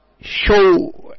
show